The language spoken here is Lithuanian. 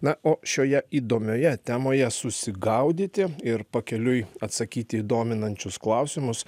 na o šioje įdomioje temoje susigaudyti ir pakeliui atsakyti į dominančius klausimus